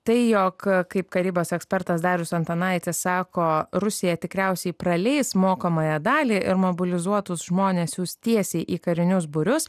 tai jog kaip karybos ekspertas darius antanaitis sako rusija tikriausiai praleis mokomąją dalį ir mobilizuotus žmones siųs tiesiai į karinius būrius